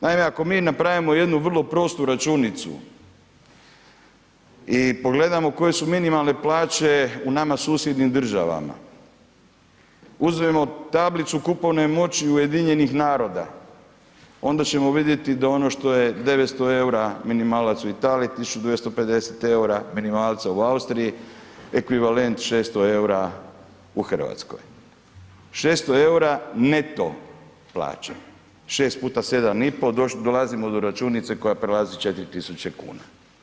Naime, ako mi napravimo jednu vrlo prostu računicu i pogledamo koje su minimalne plaće u nama susjednim državama, uzmimo tablicu kupovne moći UN-a onda ćemo vidjeti da ono što je 900 EUR-a minimalac u Italiji, 1250 EUR-a minimalca u Austriji, ekvivalent 600 EUR-a u RH, 600 EUR-a neto plaće, 6 x 7,5 dolazimo do računice koja prelazi 4000 kuna.